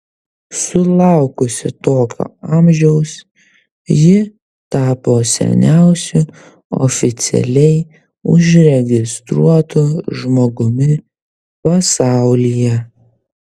sulaukusi tokio amžiaus ji tapo seniausiu oficialiai užregistruotu žmogumi pasaulyje